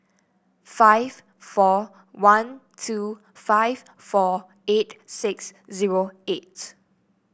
five four one two five four eight six zero eight